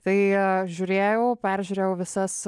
tai žiūrėjau peržiūrėjau visas